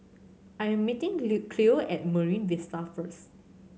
I am meeting Cleo at Marine Vista first